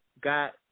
got